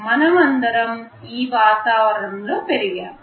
మనమందరం ఈ రకమైన వాతావరణంలో పెరిగాము